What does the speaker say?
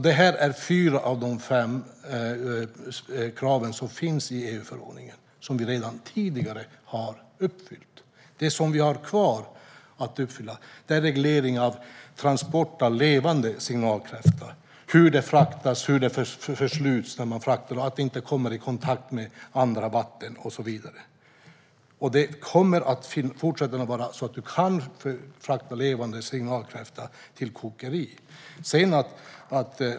Det är fyra av de fem kraven som finns i EU-förordningen som Sverige redan tidigare har uppfyllt. Det som är kvar att uppfylla är reglering av transport av levande signalkräfta, hur de försluts vid frakt så att de inte kommer i kontakt med andra vatten, och så vidare. I fortsättningen kan du frakta levande signalkräfta till kokeri.